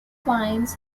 finds